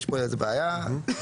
יש פה איזושהי בעיה ומורכבות,